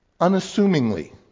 Unassumingly